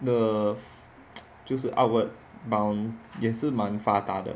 新加坡的就是 outward bound 也是蛮发达的